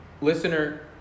listener